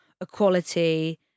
equality